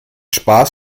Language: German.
spaß